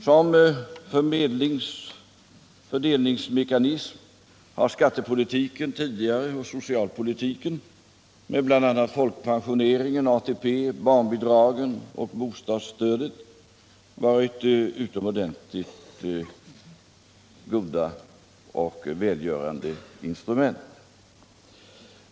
Som fördelningsmekanism har skattepolitiken tidigare och socialpolitiken med bl.a. folkpensionering, ATP, barnbidragen och bostadsstödet varit utomordentligt goda och välgörande instrument.